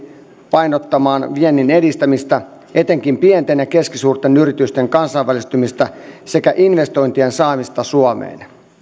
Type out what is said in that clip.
painottamaan viennin edistämistä etenkin pienten ja keskisuurten yritysten kansainvälistymistä sekä investointien saamista suomeen